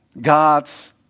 God's